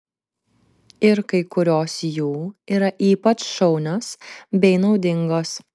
ir kai kurios jų yra ypač šaunios bei naudingos